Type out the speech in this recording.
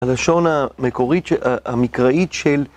הלשון המקורית, המקראית של...